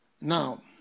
Now